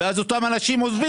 ואז אותם אנשים עוזבים.